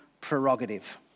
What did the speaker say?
prerogative